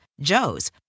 Joe's